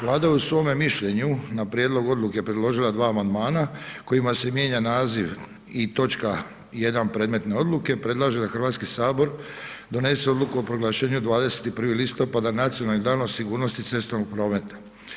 Vlada je u svome mišljenju na prijedlog odluke predložila dva amandmana kojima se mijenja naziv i točka 1. predmetne odluke, predlaže da Hrvatski sabor donese Odluku o proglašenju 21. listopada Nacionalnim danom sigurnosti cestovnog prometa.